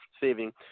saving